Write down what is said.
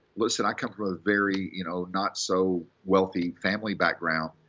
listen, i come from a very, you know not so wealthy family background.